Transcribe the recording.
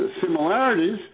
similarities